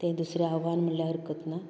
तें दुसरें आव्हान म्हळ्यार हरकत ना